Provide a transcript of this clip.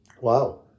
Wow